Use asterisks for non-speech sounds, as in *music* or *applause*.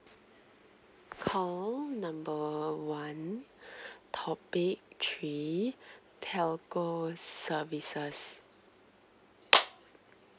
call number one *breath* topic three telco services